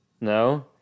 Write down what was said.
No